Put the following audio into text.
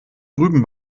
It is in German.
drüben